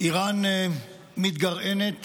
איראן מתגרענת